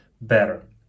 better